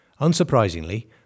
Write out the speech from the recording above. Unsurprisingly